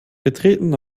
betreten